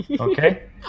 Okay